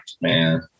man